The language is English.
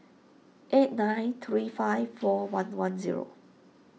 eight nine three five four one one zero